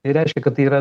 tai reiškia kad tai yra